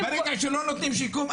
ברגע שלא נותנים שיקום,